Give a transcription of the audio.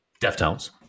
Deftones